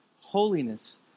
holiness